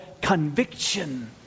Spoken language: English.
conviction